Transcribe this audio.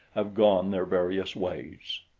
have gone their various ways.